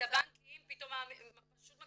הריבית של ההלוואה של ה-